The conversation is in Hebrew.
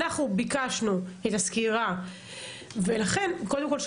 אנחנו ביקשנו את הסקירה קודם כל של